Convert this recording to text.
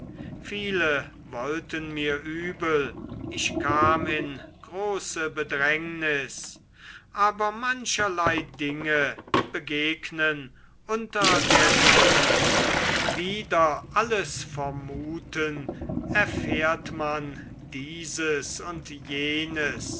viele wollten mir übel ich kam in große bedrängnis aber mancherlei dinge begegnen unter der sonne wider alles vermuten erfährt man dieses und jenes